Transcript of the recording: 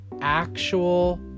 actual